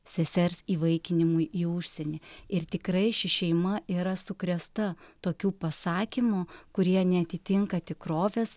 sesers įvaikinimui į užsienį ir tikrai ši šeima yra sukrėsta tokių pasakymų kurie neatitinka tikrovės